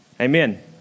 Amen